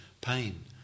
pain